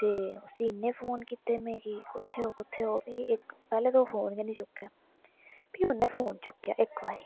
ते उसी इन्ने फोन कीते में कि कुत्थे ओ कुत्थे ओ फ्ही इक पैह्ले ते ओह् फोन गै नी चुक्कै फ्ही उन्नै फोन चुक्केआ इक बारी